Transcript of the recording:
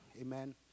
Amen